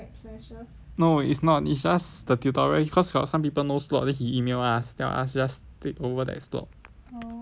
no is not is just the tutorial cause got some people no slot then he email us tell us just take over that slot